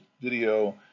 video